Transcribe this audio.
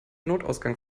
notausgang